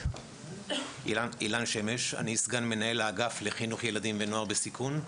אני מהאגף לחינוך ילדים ונוער בסיכון,